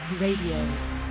Radio